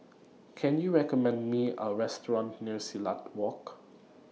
Can YOU recommend Me A Restaurant near Silat Walk